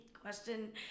question